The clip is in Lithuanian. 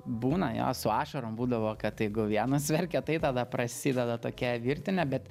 būna jo su ašarom būdavo kad jeigu vienas verkia tai tada prasideda tokia virtinė bet